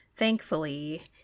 Thankfully